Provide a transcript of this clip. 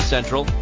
Central